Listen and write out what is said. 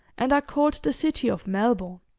and are called the city of melbourne.